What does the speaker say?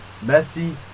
Messi